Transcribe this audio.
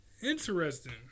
Interesting